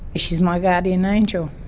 she's my guardian angel.